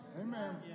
Amen